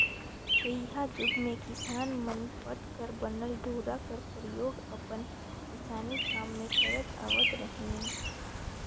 तइहा जुग मे किसान मन पट कर बनल डोरा कर परियोग अपन किसानी काम मे करत आवत रहिन